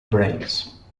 brakes